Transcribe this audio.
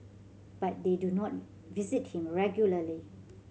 but they do not visit him regularly